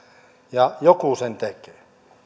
ja joku sen tekee